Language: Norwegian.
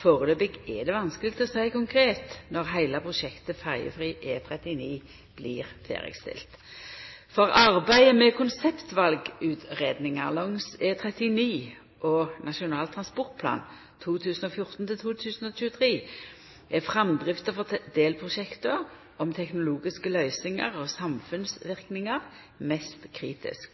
Førebels er det vanskeleg å seia konkret når heile prosjektet «Ferjefri E39» blir ferdigstilt. For arbeidet med konseptvalutgreiingar langs E39 og Nasjonal transportplan 2014–2023 er framdrifta for delprosjekta om teknologiske løysingar og samfunnsverknader mest kritisk.